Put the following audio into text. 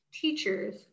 teachers